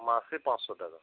মাসে পাঁচশো টাকা